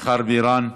מיכל בירן,